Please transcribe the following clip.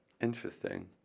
Interesting